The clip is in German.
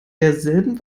derselben